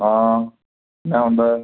ആ എന്നാ ഉണ്ട്